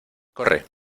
corre